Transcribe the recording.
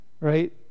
right